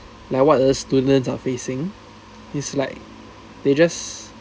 like what a students are facing is like they just